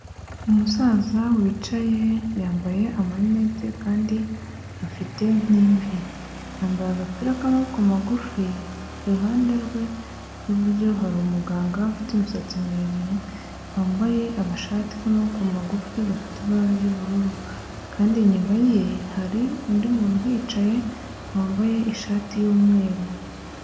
Umusaza wicaye, yambaye amarinete kandi afite n'imvi, yambaye agapira k'amaboko magufi, iruhande rwe rw'iburyo hari umuganga ufite imisatsi miremire, wambaye agashati k'amaboko magufi gafite ibara ry'ubururu kandi inyuma ye hari undi muntu uhicaye wambaye ishati y'umweru.